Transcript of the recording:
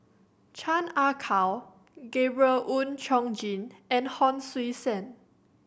Chan Ah Kow Gabriel Oon Chong Jin and Hon Sui Sen